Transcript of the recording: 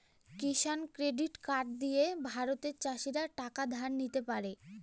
কিষান credit card দিয়ে ভারতের চাষীরা টাকা ধার নিতে পারে